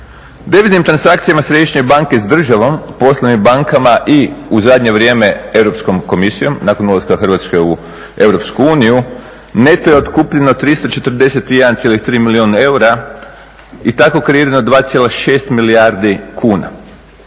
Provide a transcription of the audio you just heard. Deviznim transakcijama središnje banke s državom poslovnim bankama i u zadnje vrijeme Europskom komisijom, nakon ulaska Hrvatske u EU, neto je otkupljeno 341,3 milijuna eura i tako kreirano 2,6 milijardi kuna.